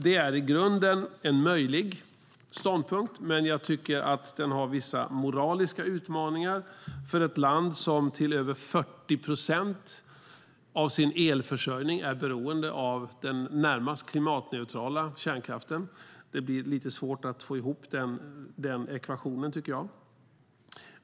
Det är i grunden en möjlig ståndpunkt, men jag tycker att den har vissa moraliska utmaningar för ett land som till över 40 procent av sin elförsörjning är beroende av den närmast klimatneutrala kärnkraften. Jag tycker att det blir lite svårt att få ihop den ekvationen.